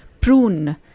prune